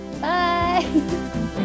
Bye